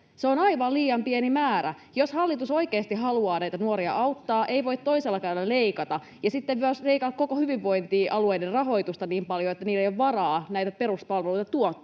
Se on aivan liian pieni määrä. Jos hallitus oikeasti haluaa näitä nuoria auttaa, ei voi toisella kädellä leikata ja sitten myös leikata koko hyvinvointialueiden rahoitusta niin paljon, että niillä ei ole varaa näitä peruspalveluita tuottaa.